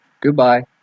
Goodbye